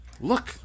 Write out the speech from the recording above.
Look